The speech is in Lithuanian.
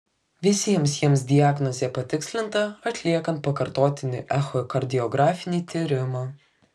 visiems jiems diagnozė patikslinta atliekant pakartotinį echokardiografinį tyrimą